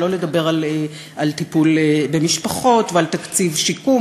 שלא נדבר על טיפול במשפחות ועל תקציב שיקום,